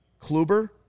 Kluber